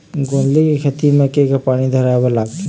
गोंदली के खेती म केघा पानी धराए बर लागथे?